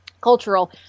cultural